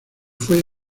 fue